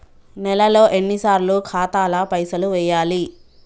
నెలలో ఎన్నిసార్లు ఖాతాల పైసలు వెయ్యాలి?